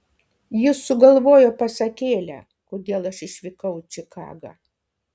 jis sugalvojo pasakėlę kodėl aš išvykau į čikagą